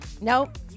Nope